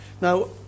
Now